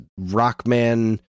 Rockman